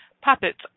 puppets